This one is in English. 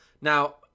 Now